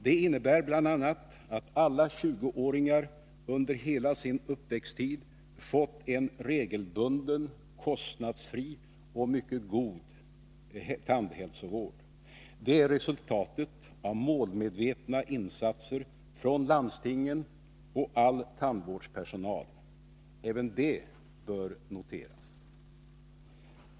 Det innebär bl.a. att alla 20-åringar under hela sin uppväxttid fått en regelbunden, kostnadsfri och mycket god tandhälsovård. Det är resultatet av målmedvetna insatser från landstingen och all tandvårdspersonal. Även det bör noteras.